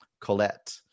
Colette